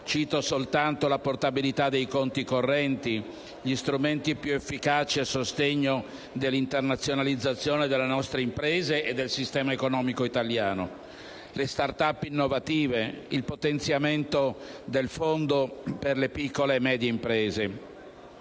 cito soltanto la portabilità dei conti correnti, gli strumenti più efficaci a sostegno dell'internazionalizzazione delle nostre imprese e del sistema economico italiano, le *start up* innovative, il potenziamento del fondo per le piccole e medie imprese.